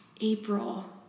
april